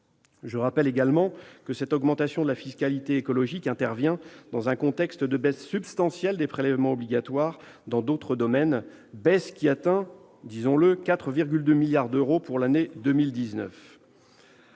Je rappelle également que cette augmentation de la fiscalité écologique intervient dans un contexte de baisse substantielle des prélèvements obligatoires dans d'autres domaines, baisse qui atteint 4,2 milliards d'euros pour l'année 2019.